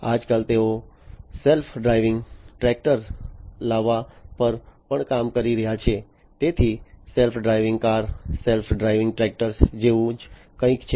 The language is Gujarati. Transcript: આજકાલ તેઓ સેલ્ફ ડ્રાઈવિંગ ટ્રેક્ટર્સ લાવવા પર પણ કામ કરી રહ્યા છે તેથી self driving car self driving tractors જેવું જ કંઈક છે